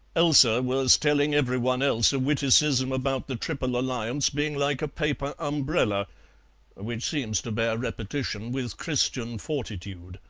elsa was telling every one else a witticism about the triple alliance being like a paper umbrella which seems to bear repetition with christian fortitude.